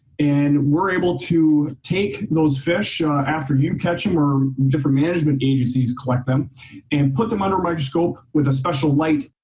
and we're able to take those fish after you catch them or different management agencies collect them and put them under a microscope with a special light.